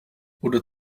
oder